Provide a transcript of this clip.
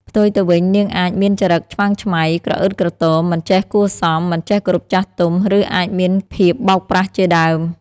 ផ្ទុយទៅវិញ នាងអាចមានចរិតឆ្មើងឆ្មៃ ក្រអឺតក្រទម មិនចេះគួរសម មិនចេះគោរពចាស់ទុំ ឬអាចមានភាពបោកប្រាស់ជាដើម។